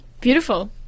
Beautiful